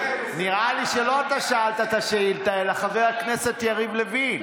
נראה לי שלא אתה שאלת את השאילתה אלא חבר הכנסת יריב לוין.